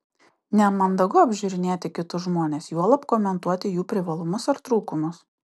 nemandagu apžiūrinėti kitus žmones juolab komentuoti jų privalumus ar trūkumus